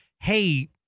Hey